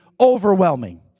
overwhelming